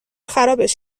خرابش